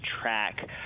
track